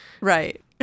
Right